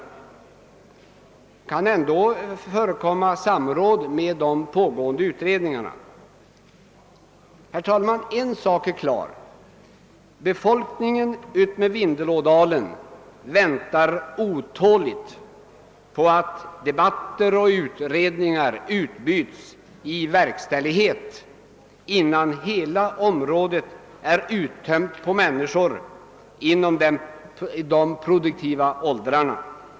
Det kan ändå förekomma samråd med pågående utredningar. En sak är klar. Befolkningen utmed Vindelådalen väntar otåligt på att debatter och utredningar utbytes i verkställighet, innan hela området är uttömt på människor inom de produktiva åldrarna.